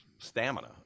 stamina